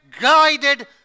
guided